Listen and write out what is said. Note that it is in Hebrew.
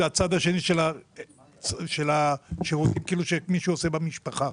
זה הצד השני של השירות כאילו שיש מי שעושה במשפחה.